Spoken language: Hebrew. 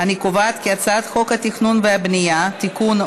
להעביר את הצעת חוק התכנון והבנייה (תיקון,